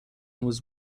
was